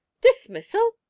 Dismissal